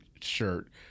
shirt